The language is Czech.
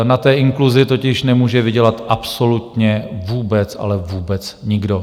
Na té inkluzi totiž nemůže vydělat absolutně vůbec, ale vůbec nikdo.